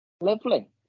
Lovely